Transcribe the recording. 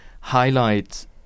highlight